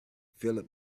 philip